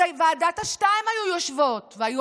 אזי ועדת השתיים היו יושבות והיו